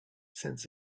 since